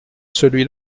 celui